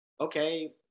okay